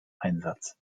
einsatz